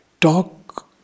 talk